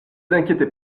inquiétez